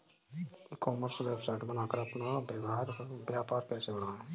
ई commerce website बनाकर अपना व्यापार कैसे बढ़ाएँ?